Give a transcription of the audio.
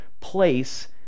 place